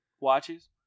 watches